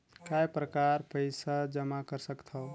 काय प्रकार पईसा जमा कर सकथव?